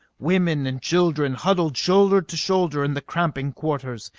women and children huddled shoulder to shoulder in the cramping quarters.